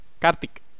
Kartik